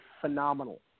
phenomenal